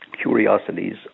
curiosities